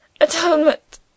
Atonement